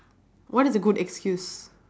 what is a good excuse